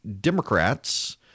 Democrats